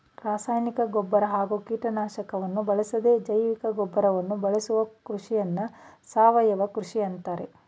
ರಾಸಾಯನಿಕ ಗೊಬ್ಬರ ಹಾಗೂ ಕೀಟನಾಶಕವನ್ನು ಬಳಸದೇ ಜೈವಿಕಗೊಬ್ಬರವನ್ನು ಬಳಸೋ ಕೃಷಿನ ಸಾವಯವ ಕೃಷಿ ಅಂತಾರೆ